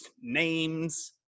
names